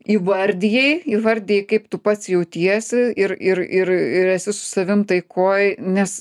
įvardijai įvardiji kaip tu pats jautiesi ir ir ir ir esi su savim taikoj nes